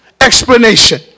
explanation